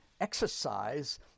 exercise